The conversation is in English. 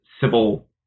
civil